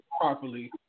properly